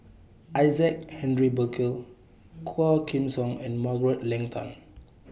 Isaac Henry Burkill Quah Kim Song and Margaret Leng Tan